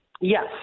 Yes